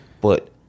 but-